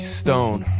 stone